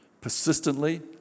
persistently